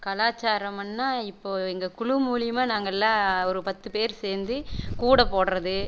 கலாச்சாரமுன்னால் இப்போது எங்கள் குழு மூலிமா நாங்கெல்லாம் ஒரு பத்து பேர் சேர்ந்து கூடை போடுகிறது